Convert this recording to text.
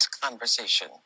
conversation